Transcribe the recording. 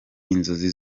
inzozi